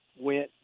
went